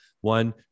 one